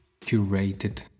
curated